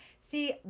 see